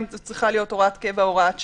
האם זאת צריכה להיות הוראת קבע או הוראת שעה,